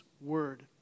Word